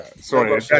Sorry